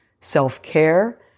self-care